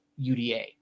UDA